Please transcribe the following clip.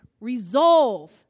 resolve